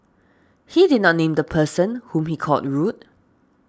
he did not name the person whom he called rude